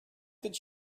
that